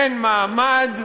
אין מעמד,